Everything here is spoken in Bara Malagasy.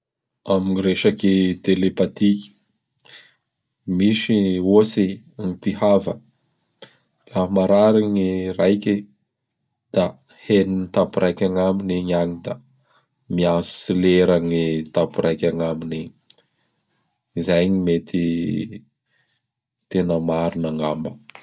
Am gny resaky telepati e! Misy ohatsy gny mpihava; laha maharary gny raiky; da henon tamporaiky agnaminy igny agny; da miantso tsy lera gny tapo raiky agnaminy igny. Izay gny mety tena marina angamba.